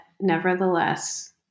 nevertheless